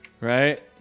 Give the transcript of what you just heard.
Right